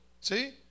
see